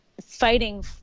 fighting